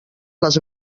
les